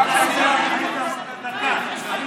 כבוד